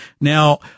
Now